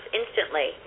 instantly